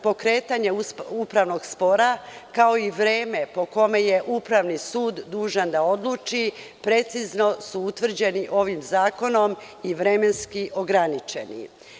Pokretanje upravnog spora, kao i vreme po kome je upravni sud dužan da odluči, precizno je utvrđeno ovim zakonom i vremenski je ograničeno.